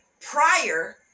prior